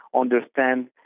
understand